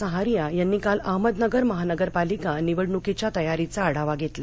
सहारिया यांनी काल अहमदनगर महानगरपालिका निवडणुकीच्या तयारीचा आढावा घेतला